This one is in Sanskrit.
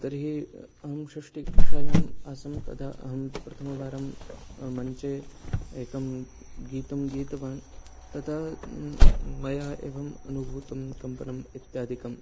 तर्हि अहं षष्ठकक्षायाम् आसं तदा अहं प्रथमवारं मञ्चे एकं गीतं गीतवान् तथा मया एव अनुभूतं कम्पनम् इत्यादिकं